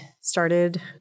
started